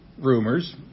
rumors